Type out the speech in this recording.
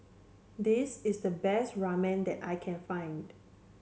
this is the best Ramen that I can find